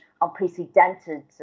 unprecedented